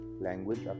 language